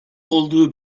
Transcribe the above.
olduğu